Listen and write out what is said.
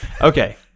Okay